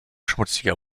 schmutziger